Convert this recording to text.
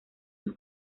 sus